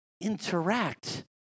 interact